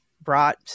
brought